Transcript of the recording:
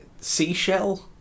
Seashell